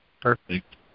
perfect